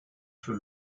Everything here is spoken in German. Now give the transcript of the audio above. für